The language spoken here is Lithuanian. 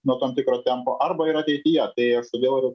nuo tam tikro tempo arba ir ateityje tai aš todėl ir